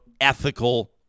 ethical